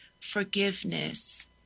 forgiveness